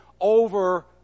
Over